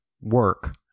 work